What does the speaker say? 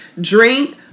drink